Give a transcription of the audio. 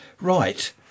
Right